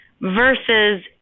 versus